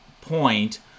point